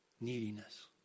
neediness